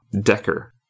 Decker